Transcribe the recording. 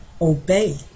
obey